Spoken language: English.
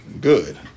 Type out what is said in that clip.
good